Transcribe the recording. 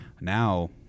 now